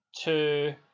two